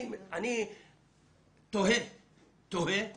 אני תוהה אם